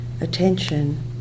attention